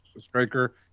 striker